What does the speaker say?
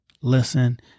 Listen